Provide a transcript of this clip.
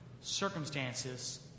Circumstances